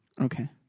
okay